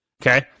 Okay